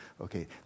Okay